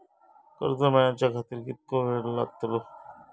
कर्ज मेलाच्या खातिर कीतको वेळ लागतलो?